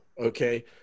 okay